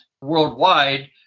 worldwide